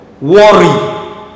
Worry